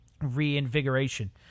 reinvigoration